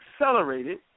accelerated